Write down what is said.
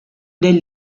day